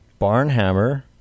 Barnhammer